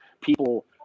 people